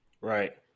Right